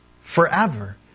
forever